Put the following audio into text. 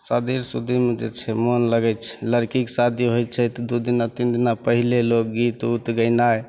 शादीशुदीमे जे छै मोन लगै छै लड़कीके शादी होइ छै तऽ दुइ दिना तीन दिना पहिले लोक गीतउत गेनाइ